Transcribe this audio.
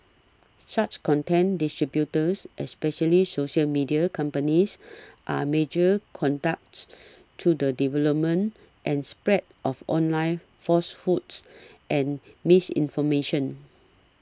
such content distributors especially social media companies are major conduits to the development and spread of online falsehoods and misinformation